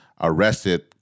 arrested